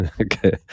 Okay